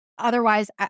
Otherwise